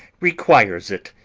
requires it.